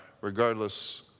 regardless